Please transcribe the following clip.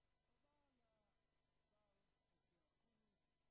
את האמת ההיסטורית על